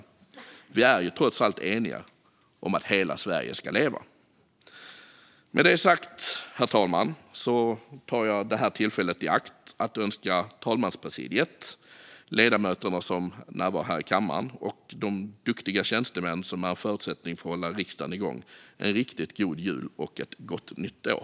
Vi är trots allt eniga om att hela Sverige ska leva. Med det sagt, herr talman, tar jag detta tillfälle i akt att önska talmanspresidiet, ledamöterna som närvarar här i kammaren och de duktiga tjänstemän som är en förutsättning för att hålla riksdagen igång en riktigt god jul och ett gott nytt år!